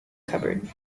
cupboard